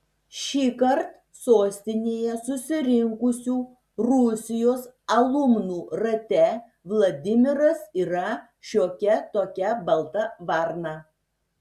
šįkart sostinėje susirinkusių rusijos alumnų rate vladimiras yra šiokia tokia balta varna